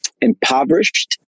impoverished